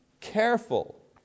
careful